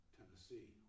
Tennessee